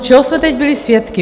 Čeho jsme teď byli svědky?